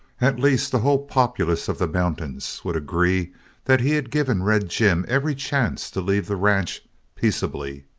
at least, the whole populace of the mountains would agree that he had given red jim every chance to leave the ranch peaceably.